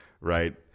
Right